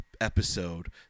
episode